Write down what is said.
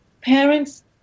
parents